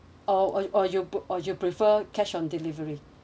or uh you book or you prefer cash on delivery